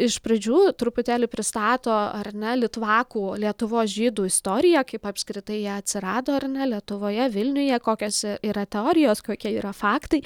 iš pradžių truputėlį pristato ar ne litvakų lietuvos žydų istoriją kaip apskritai jie atsirado ar ne lietuvoje vilniuje kokios yra teorijos kokia yra faktai